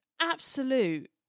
absolute